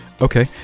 Okay